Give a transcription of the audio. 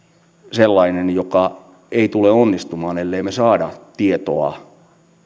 sellainen joka ei tule onnistumaan ellemme me saa tietoa